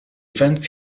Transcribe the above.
event